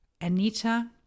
Anita